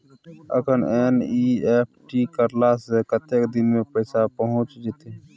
अखन एन.ई.एफ.टी करला से कतेक दिन में पैसा पहुँच जेतै?